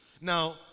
Now